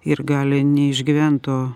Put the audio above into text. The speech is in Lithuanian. ir gali neišgyvent to